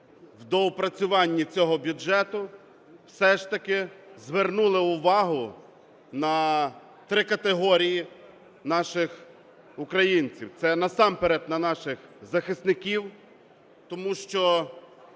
в доопрацюванні цього бюджету все ж таки звернули увагу на три категорії наших українців. Це насамперед на наших захисників, тому що